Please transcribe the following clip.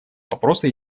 вопроса